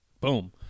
Boom